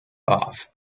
off